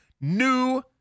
new